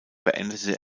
beendete